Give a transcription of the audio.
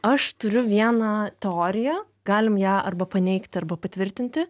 aš turiu vieną teoriją galim ją arba paneigti arba patvirtinti